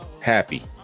happy